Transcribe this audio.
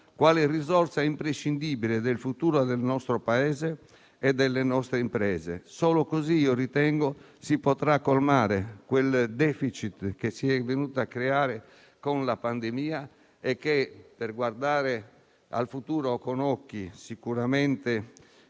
quale risorsa imprescindibile del futuro del nostro Paese e delle nostre imprese. Solo così - ritengo - si potrà colmare quel *deficit* che si è venuto a creare con la pandemia. Per guardare al futuro con occhi sicuramente